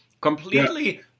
completely